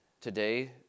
today